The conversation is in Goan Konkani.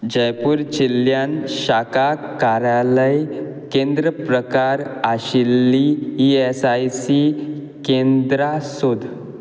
जयपूर जिल्ल्यांत शाखा कार्यालय केंद्र प्रकार आशिल्लीं ई एस आय सी केंद्रां सोद